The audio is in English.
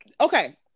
okay